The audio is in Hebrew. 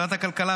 בוועדת הכלכלה,